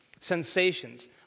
sensations